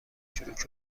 چروک